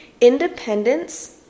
Independence